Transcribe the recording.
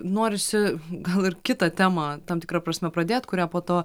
norisi gal ir kitą temą tam tikra prasme pradėt kurią po to